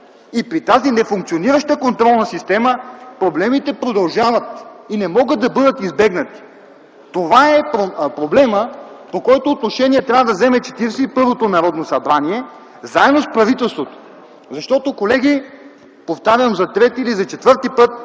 И при тази нефункционираща контролна система проблемите продължават и не могат да бъдат избегнати. Това е проблемът, по който отношение трябва да вземе 41-то Народно събрание, заедно с правителството. Защото, колеги, повтарям за трети или за четвърти път,